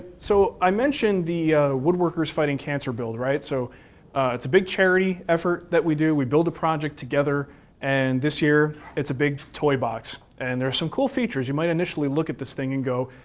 so i mentioned the woodworkers fighting cancer build, right? so it's a big charity effort that we do. we build a project together and this year it's a big toy box and there's some cool features. you might initially look at this thing and go,